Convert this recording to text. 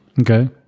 Okay